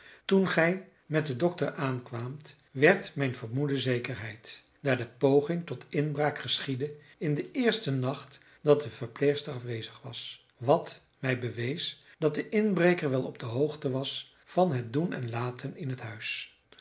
toen gij met den dokter aankwaamt werd mijn vermoeden zekerheid daar de poging tot inbraak geschiedde in den eersten nacht dat de verpleegster afwezig was wat mij bewees dat de inbreker wel op de hoogte was van het doen en laten in het huis